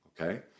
okay